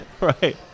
right